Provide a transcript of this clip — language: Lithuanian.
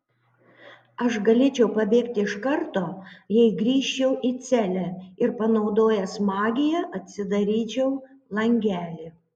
aš galėčiau pabėgti iš karto jei grįžčiau į celę ir panaudojęs magiją atsidaryčiau langelį